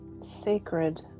sacred